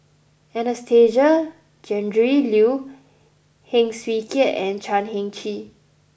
Anastasia Tjendri Liew Heng Swee Keat and Chan Heng Chee